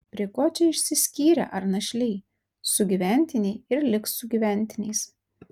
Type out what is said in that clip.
prie ko čia išsiskyrę ar našliai sugyventiniai ir liks sugyventiniais